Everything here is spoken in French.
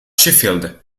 sheffield